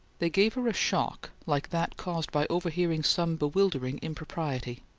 they gave her a shock like that caused by overhearing some bewildering impropriety